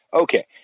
Okay